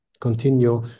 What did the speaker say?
continue